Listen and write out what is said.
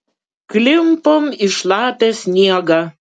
klimpom į šlapią sniegą